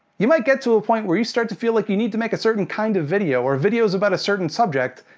you might get to a point, where you start to feel like you need to make a certain kind of video, or videos about a certain subject,